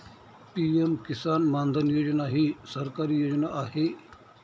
PM Kisan Maandhan योजना ही सरकारी योजना आहे